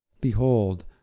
behold